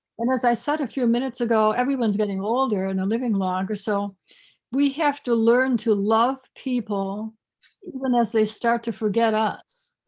as i said a few minutes ago, everyone's getting older and they're living longer. so we have to learn to love people when as they start to forget us.